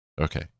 Okay